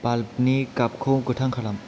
bulb नि गाबखौ गोथां खालाम